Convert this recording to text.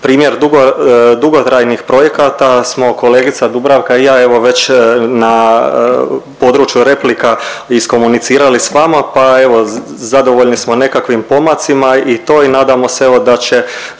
Primjer dugotrajnih projekata smo kolegica Dubravka i ja evo već na području replika iskomunicirali s vama, pa evo zadovoljni smo nekakvim pomacima i to i nadamo se evo